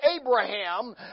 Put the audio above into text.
Abraham